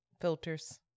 filters